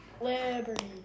Liberty